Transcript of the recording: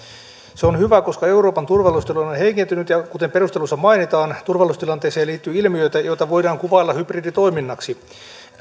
se on hyvä koska euroopan turvallisuustilanne on heikentynyt ja kuten perusteluissa mainitaan turvallisuustilanteeseen liittyy ilmiöitä joita voidaan kuvailla hybriditoiminnaksi